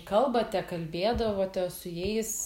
kalbate kalbėdavote su jais